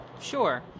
Sure